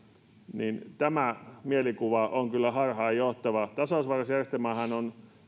tämä mielikuva on kyllä harhaanjohtava tasausvarausjärjestelmähän on